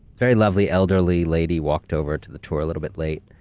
very lovely elderly lady walked over to the tour a little bit late,